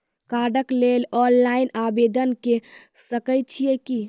कार्डक लेल ऑनलाइन आवेदन के सकै छियै की?